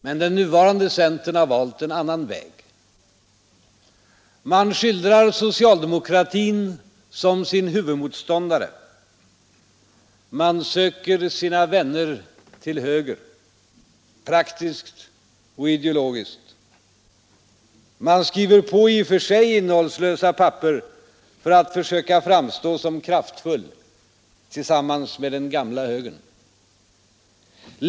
Men den nuvarande centern har valt en annan väg. Man skildrar socialdemokratin som sin huvudmotståndare, man söker sin vänner till höger, praktiskt och ideologiskt, man skriver på i och för sig innehållslösa papper för att försöka framstå som kraftfull tillsammans med den gamla högern.